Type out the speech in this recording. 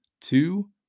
two